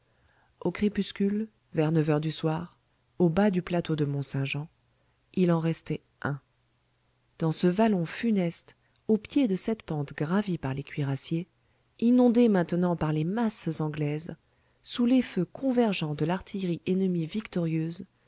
au crépuscule vers neuf heures du soir au bas du plateau de mont-saint-jean il en restait un dans ce vallon funeste au pied de cette pente gravie par les cuirassiers inondée maintenant par les masses anglaises sous les feux convergents de l'artillerie ennemie victorieuse